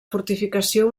fortificació